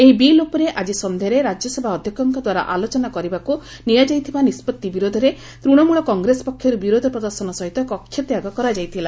ଏହି ବିଲ୍ ଉପରେ ଆଜି ସନ୍ଧ୍ୟାରେ ରାଜ୍ୟସଭା ଅଧ୍ୟକ୍ଷଙ୍କ ଦ୍ୱାରା ଆଲୋଚନା କରିବାକୁ ନିଆଯାଇଥିବା ନିଷ୍ପଭି ବିରୋଧରେ ତୃଣମୂଳ କଂଗ୍ରେସ ପକ୍ଷରୁ ବିରୋଧ ପ୍ରଦର୍ଶନ ସହିତ କକ୍ଷତ୍ୟାଗ କରାଯାଇଥିଲା